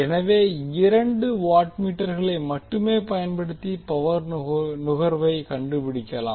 எனவே இரண்டு வாட் மீட்டர்களை மட்டுமே பயன்படுத்தி பவர் நுகர்வை கண்டுபிடிக்கலாம்